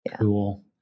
Cool